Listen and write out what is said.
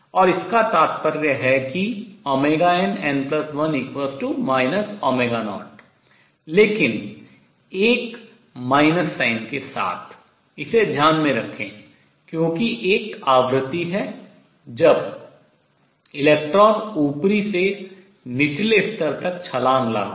और इसका तात्पर्य है कि nn1 0 लेकिन एक minus sign ऋण चिह्न के साथ इसे ध्यान में रखें क्योंकि एक आवृत्ति है जब इलेक्ट्रॉन ऊपरी से निचले स्तर तक छलांग लगा रहा है